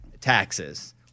taxes